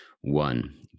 one